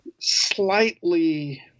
slightly